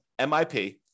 MIP